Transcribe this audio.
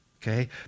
Okay